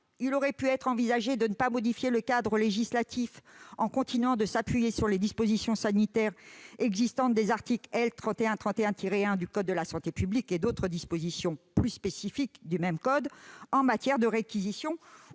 retenues. Option 1 : ne pas modifier le cadre législatif en continuant de s'appuyer sur les dispositions sanitaires existantes des articles L. 3131-1 du code de la santé publique et d'autres dispositions plus spécifiques du même code en matière de réquisition